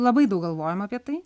labai daug galvojom apie tai